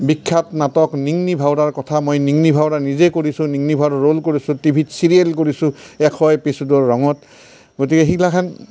বিখ্যাত নাটক নিঙনি ভাওৰাৰ কথা মই নিঙনি ভাওৰা নিজে কৰিছোঁ নিঙনি ভাওনা ৰ'ল কৰিছোঁ টিভিত চিৰিয়েল কৰিছোঁ এশ এপিচ'ডৰ ৰঙত গতিকে সেইগিলাখান